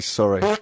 sorry